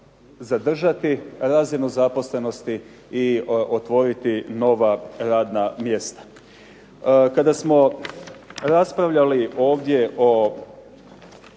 zadržati razinu zaposlenosti i otvoriti nova radna mjesta. Kada smo raspravljali ovdje o